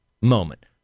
moment